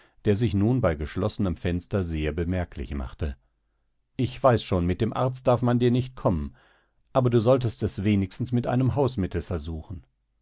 der sich nun bei geschlossenem fenster sehr bemerklich machte ich weiß schon mit dem arzt darf man dir nicht kommen aber du solltest es wenigstens mit einem hausmittel versuchen